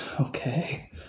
okay